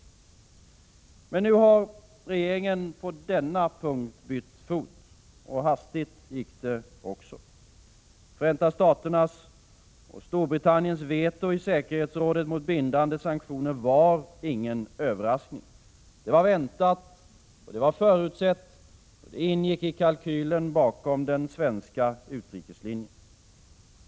Men nu har regeringen på denna punkt bytt fot. Hastigt gick det också. Förenta Staternas och Storbritanniens veto i säkerhetsrådet mot bindande sanktioner var ingen överraskning. Det var väntat och förutsett. Det ingick i kalkylen bakom den svenska utrikeslinjen.